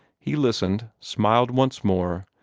he listened, smiled once more,